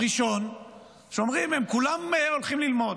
הראשון, שאומרים: הם כולם הולכים ללמוד.